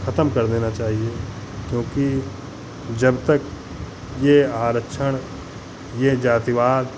खतम कर देना चाहिए क्योंकि जब तक ये आरक्षण ये जातिवाद